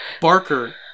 Barker